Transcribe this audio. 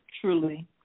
Truly